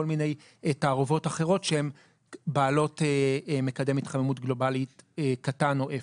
כל מיני תערובות אחרות שהן בעלות מקדם התחממות גלובלית קטן או אפס.